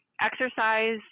exercise